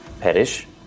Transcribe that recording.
perish